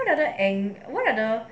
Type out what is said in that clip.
what other and what are the